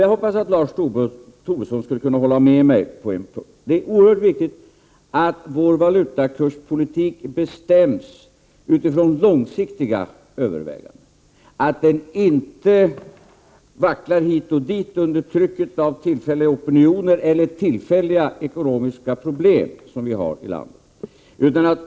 Jag hoppades att Lars Tobisson skulle kunna hålla med mig på en punkt: det är oerhört viktigt att vår valutakurspolitik bestäms utifrån långsiktiga överväganden, att den inte vacklar hit och dit under trycket av tillfälliga opinioner eller tillfälliga ekonomiska problem som vi har i landet.